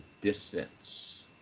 distance